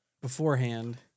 beforehand